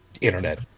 internet